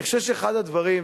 אני חושב שאחד הדברים,